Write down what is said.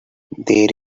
they